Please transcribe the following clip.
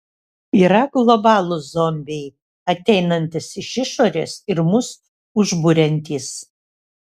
yra globalūs zombiai ateinantys iš išorės ir mus užburiantys